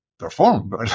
Perform